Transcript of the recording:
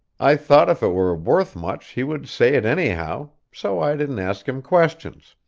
i thought if it were worth much he would say it anyhow, so i didn't ask him questions